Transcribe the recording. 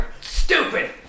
Stupid